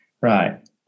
right